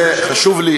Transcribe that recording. חשוב לי